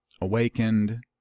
awakened